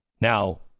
Now